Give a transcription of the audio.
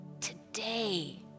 today